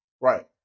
Right